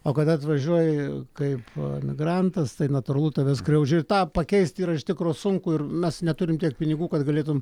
o kada atvažiuoji kaip emigrantas tai natūralu tave skriaudžia ir tą pakeisti iš tikro sunku ir mes neturime tiek pinigų kad galėtum